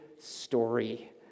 story